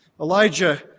Elijah